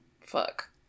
Fuck